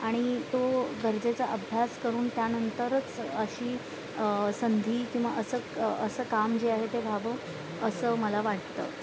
आणि तो गरजेचा अभ्यास करून त्यानंतरच अशी संधी किंवा असं असं काम जे आहे ते व्हावं असं मला वाटतं